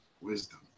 wisdom